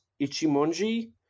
Ichimonji